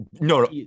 No